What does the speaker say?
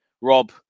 Rob